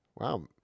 Wow